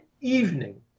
evening